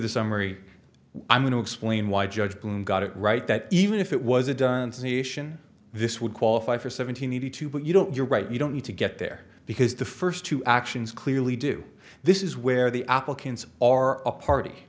the summary i'm going to explain why judge boom got it right that even if it was a done to nation this would qualify for seven hundred eighty two but you don't you're right you don't need to get there because the first two actions clearly do this is where the applicants are a party